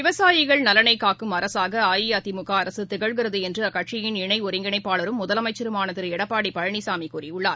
விவசாயிகள் நலனைக்கும் அரசாகஅஇஅதிமுகஅரசுதிகழ்கிறதுஎன்றுஅக்கட்சியின் இணைஒருங்கிணைப்பாளரும் முதலமைச்சருமானதிருளடப்பாடிபழனிசாமிகூறியுள்ளார்